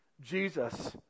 Jesus